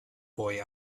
boy